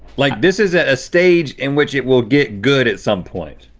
like, this is at a stage in which it will get good at some point.